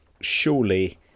surely